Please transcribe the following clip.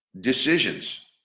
decisions